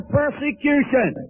persecution